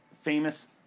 famous